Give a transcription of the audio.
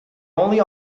only